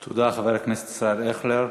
תודה, חבר הכנסת ישראל אייכלר.